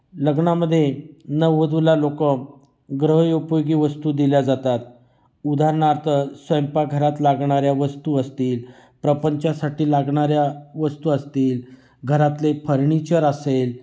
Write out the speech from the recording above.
लग्नामध्ये नववधूला लोक गृहोपयोगी वस्तू दिल्या जातात उदाहरणार्थ स्वयंपाकघरात लागणाऱ्या वस्तू असतील प्रपंचासाठी लागणाऱ्या वस्तू असतील घरातले फर्निचर असेल